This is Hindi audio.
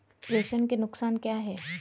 प्रेषण के नुकसान क्या हैं?